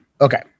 Okay